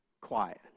quiet